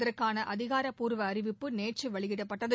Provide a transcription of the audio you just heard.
இதற்கான அதிகாரப்பூர்வ அறிவிப்பு நேற்று வெளியிடப்பட்டது